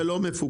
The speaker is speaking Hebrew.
זה לא מפוקח,